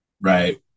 right